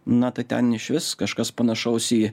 na tai ten išvis kažkas panašaus į